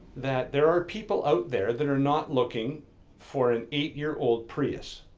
that there are people out there that are not looking for an eight year old prius.